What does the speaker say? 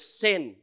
sin